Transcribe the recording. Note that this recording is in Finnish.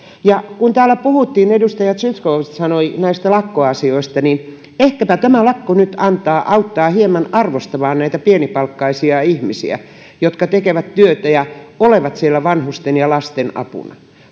kun täällä puhuttiin ja edustaja zyskowicz puhui näistä lakkoasioista niin ehkäpä tämä lakko nyt auttaa hieman arvostamaan näitä pienipalkkaisia ihmisiä jotka tekevät työtä ja ovat siellä vanhusten ja lasten apuna